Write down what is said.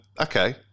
okay